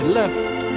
left